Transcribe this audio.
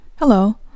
Hello